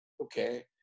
Okay